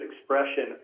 expression